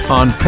on